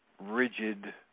rigid